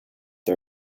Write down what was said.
the